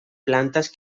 plantas